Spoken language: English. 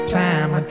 time